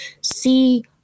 see